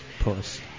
Puss